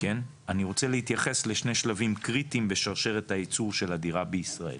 אני רוצה להתייחס לשני שלבים קריטיים בשרשרת הייצור של הדירה בישראל